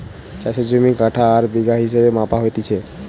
চাষের জমি কাঠা আর বিঘা হিসেবে মাপা হতিছে